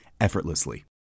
effortlessly